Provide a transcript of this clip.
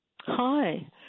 Hi